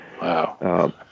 Wow